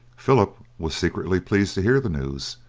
philip was secretly pleased to hear the news,